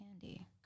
candy